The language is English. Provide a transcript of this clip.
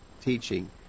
teaching